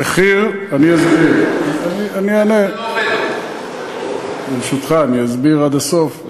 "מחיר, זה לא עובד, ברשותך, אני אסביר עד הסוף.